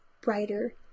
brighter